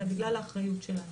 אלא בגלל האחריות שלנו.